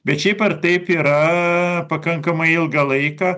bet šiaip ar taip yra pakankamai ilgą laiką